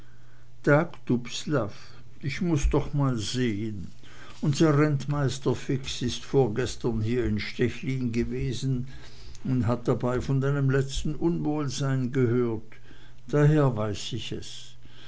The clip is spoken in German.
ich muß doch mal sehn unser rentmeister fix ist vorgestern hier in stechlin gewesen und hat dabei von deinem letzten unwohlsein gehört und daher weiß ich es